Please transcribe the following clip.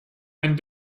and